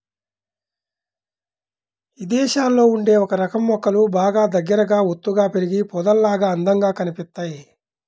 ఇదేశాల్లో ఉండే ఒకరకం మొక్కలు బాగా దగ్గరగా ఒత్తుగా పెరిగి పొదల్లాగా అందంగా కనిపిత్తయ్